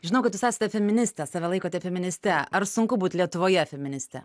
žinau kad jūs esate feministė save laikote feministe ar sunku būt lietuvoje feministe